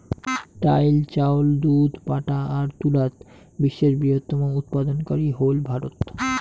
ডাইল, চাউল, দুধ, পাটা আর তুলাত বিশ্বের বৃহত্তম উৎপাদনকারী হইল ভারত